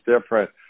different